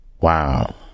wow